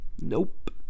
Nope